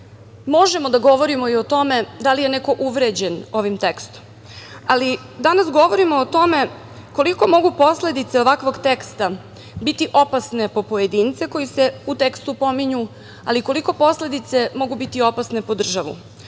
Možemo da govorimo i o tome da li je neko uvređen ovim tekstom, ali danas govorimo o tome koliko mogu posledice ovakvog teksta biti opasne po pojedince koji se u tekstu pominju, ali i koliko posledice mogu biti opasne po državu,